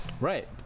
right